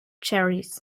cherries